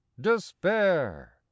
despair